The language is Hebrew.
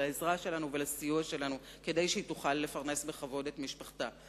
לעזרה שלנו ולסיוע שלנו כדי שהיא תוכל לפרנס בכבוד את משפחתה,